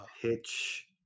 Hitch